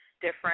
different